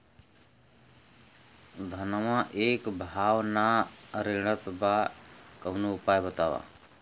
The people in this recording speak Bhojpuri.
धनवा एक भाव ना रेड़त बा कवनो उपाय बतावा?